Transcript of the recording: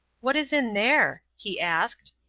what is in there? he asked.